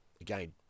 Again